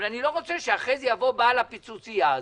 אבל אני לא רוצה שאחרי זה יבוא בעל הפיצוצייה הזאת,